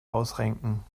ausrenken